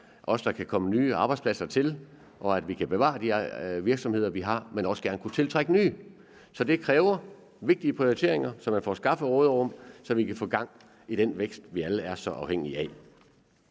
at der kan komme nye arbejdspladser til, og at vi kan bevare de virksomheder, vi har, men vi skal også gerne kunne tiltrække nye. Så det kræver vigtige prioriteringer, så vi får skaffet et råderum, så vi kan få gang i den vækst, vi alle er så afhængige af.